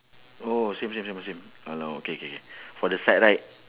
oh same same same same oh okay K K for the side right